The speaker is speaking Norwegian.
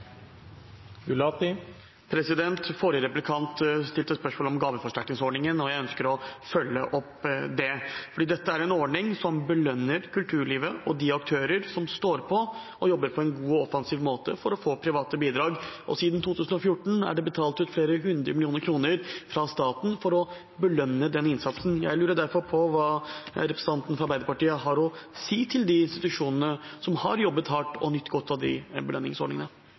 stilte spørsmål om gaveforsterkningsordningen, og jeg ønsker å følge opp det, for dette er en ordning som belønner kulturlivet og de aktører som står på og jobber på en god og offensiv måte for å få private bidrag. Siden 2014 er det betalt ut flere hundre millioner kroner fra staten for å belønne den innsatsen. Jeg lurer derfor på hva representanten fra Arbeiderpartiet har å si til de institusjonene som har jobbet hardt og nytt godt av de belønningsordningene.